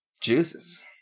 juices